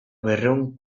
berrehun